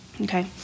okay